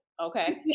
Okay